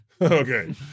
Okay